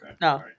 No